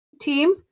team